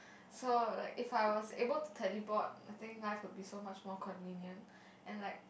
so like if I was able to teleport I think life would be so much more convenient and like